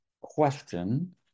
question